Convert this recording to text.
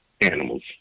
animals